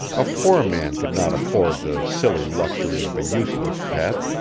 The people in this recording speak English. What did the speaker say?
a poor man could not afford the silly luxury of a useless pet.